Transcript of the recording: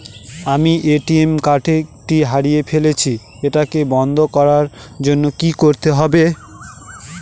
আমি ATM card টি হারিয়ে ফেলেছি এটাকে বন্ধ করার জন্য কি করতে হবে?